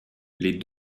les